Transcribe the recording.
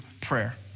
prayer